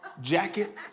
jacket